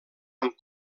amb